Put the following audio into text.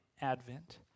advent